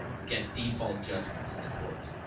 get default judgments in the courts.